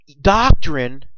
doctrine